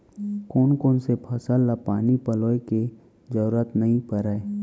कोन कोन से फसल ला पानी पलोय के जरूरत नई परय?